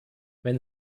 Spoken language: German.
wenn